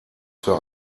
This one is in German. für